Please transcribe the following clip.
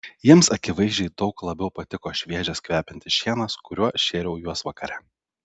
jiems akivaizdžiai daug labiau patiko šviežias kvepiantis šienas kuriuo šėriau juos vakare